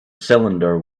cylinder